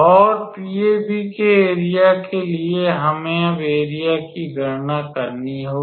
और PAB के area के लिए हमें अब एरिया की गणना करनी होगी